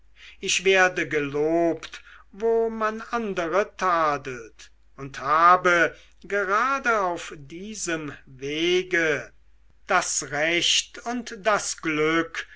ich werde gelobt wo man andere tadelt und habe gerade auf diesem wege das recht und das glück